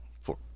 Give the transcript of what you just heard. Four